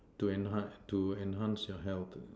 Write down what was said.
to enh~ enhance your health